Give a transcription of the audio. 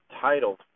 titled